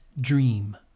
dream